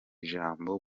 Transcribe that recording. ijambo